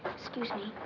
excuse me.